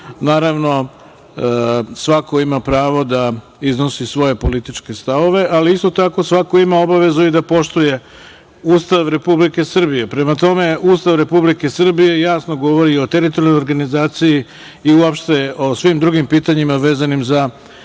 Naravno, svako ima pravo da iznosi svoje političke stavove, ali isto tako svako ima obavezu i da poštuje Ustav Republike Srbije. Prema tome, Ustav Republike Srbije jasno govori o teritorijalnoj organizaciji i uopšte o svim drugim pitanjima vezanim za